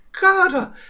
God